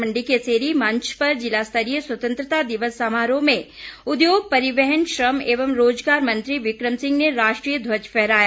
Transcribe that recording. मंडी के सेरी मंच पर जिला स्तरीय स्वतंत्रता दिवस समारोह में उद्योग परिवहन श्रम एवं रोजगार मंत्री बिक्रम सिंह ने राष्ट्रीय ध्वज फहराया